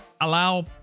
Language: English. allow